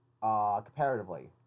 Comparatively